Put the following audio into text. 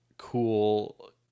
Cool